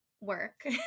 work